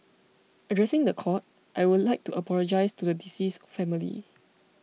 addressing the court I would like to apologise to the deceased's family